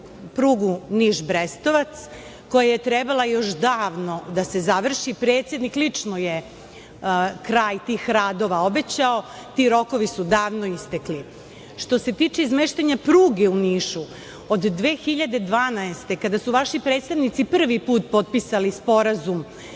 prugu Niš – Brestovac koja je trebala još davno da se završi, predsednik lično je kraj tih radovao obećao. Ti rokovi su davno istekli. Što se tiče izmeštanja pruge u Nišu, od 2012. godine, kada su vaši predstavnici prvi put potpisali sporazum